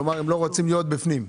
כלומר, הן לא רוצים להיות בפנים.